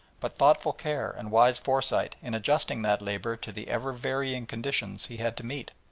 but thoughtful care and wise foresight in adjusting that labour to the ever-varying conditions he had to meet.